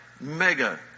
mega